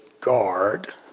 guard